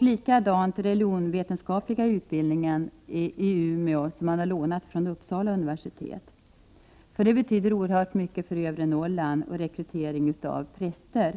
liksom den religionsvetenskapliga utbildningen där, som man har ”lånat” från Uppsala universitet. Den betyder oerhört mycket för rekryteringen av präster i övre Norrland.